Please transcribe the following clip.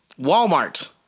Walmart